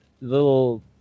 little